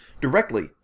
directly